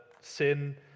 sin